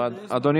הוועדה,